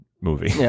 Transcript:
movie